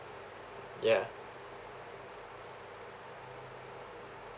ya